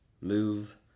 move